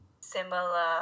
similar